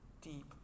deep